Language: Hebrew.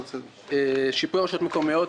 שיפוי רשויות מקומיות.